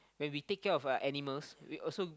when we take of uh animals we also